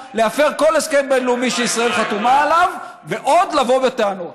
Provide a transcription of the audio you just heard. להפר כל הסכם בין-לאומי שישראל חתומה עליו ועוד לבוא בטענות.